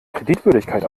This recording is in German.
kreditwürdigkeit